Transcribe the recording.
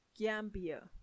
Gambia